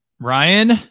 Ryan